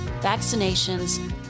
vaccinations